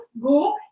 go